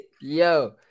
Yo